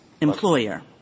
Employer